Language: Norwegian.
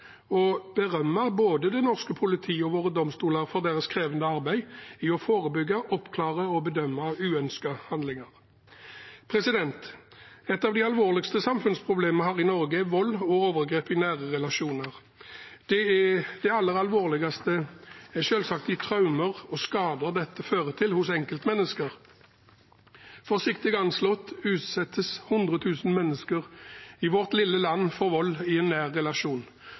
å berømme både det norske politiet og våre domstoler for deres krevende arbeid med å forebygge, oppklare og bedømme uønskede handlinger. Et av de alvorligste samfunnsproblemene vi har i Norge, er vold og overgrep i nære relasjoner. Det aller alvorligste er selvsagt de traumer og skader dette fører til hos enkeltmennesker. Forsiktig anslått utsettes 100 000 mennesker i vårt lille land for vold i en nær relasjon.